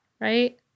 right